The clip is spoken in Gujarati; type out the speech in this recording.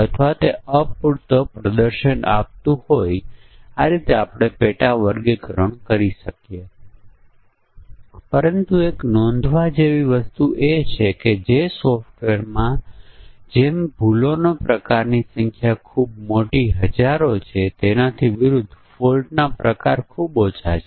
અને જો ડિપોઝિટ 1 લાખ કરતા વધારે હોય અને તે 1 વર્ષથી ઓછી હોય તો તે 7 ટકા ઉત્પન્ન કરે છે અને જો તે કરતા ઓછું હોય તેથી c 4 ઉપર જ જોવાની જરૂર છે c 4 મને લાગે છે કે તે 1 લાખ કરતા ઓછું છે અને તે 1 થી 3 વર્ષની વચ્ચે છે તે 7 ટકા ઉત્પન્ન કરે છે